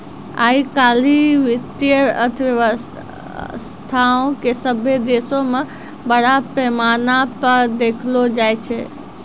आइ काल्हि वित्तीय अर्थशास्त्रो के सभ्भे देशो मे बड़ा पैमाना पे देखलो जाय छै